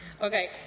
Okay